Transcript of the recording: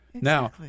Now